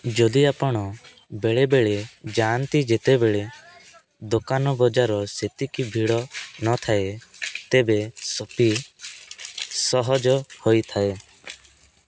ଯଦି ଆପଣ ବେଳେବେଳେ ଯାଆନ୍ତି ଯେତେବେଳେ ଦୋକାନ ବଜାର ସେତିକି ଭିଡ଼ ନଥାଏ ତେବେ ସପି ସହଜ ହୋଇଥାଏ